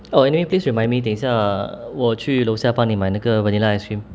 uh anyway please remind me 等一下我去楼下帮你买那个 vanilla ice cream